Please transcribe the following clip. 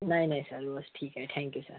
नाही नाही सर बस ठीक आहे थँक्यू सर